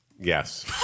Yes